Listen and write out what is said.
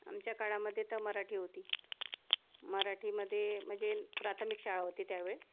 आमच्या काळामध्ये तर मराठी होती मराठीमध्ये म्हणजे प्राथमिक शाळा होती त्यावेळेस